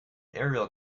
aerial